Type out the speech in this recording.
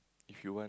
if you want